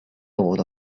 lord